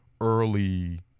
early